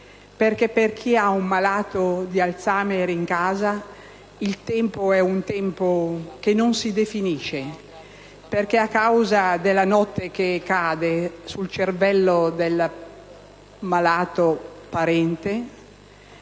per chi ha un malato di Alzheimer in casa il tempo non si definisce, perché a causa della notte che cade sul cervello del malato-parente